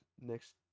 next